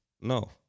No